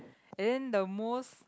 and then the most